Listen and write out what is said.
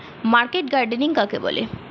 Market gardening কাকে বলে?